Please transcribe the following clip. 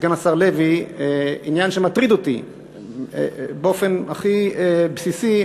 סגן השר לוי, בעניין שמטריד אותי באופן הכי בסיסי.